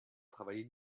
travailler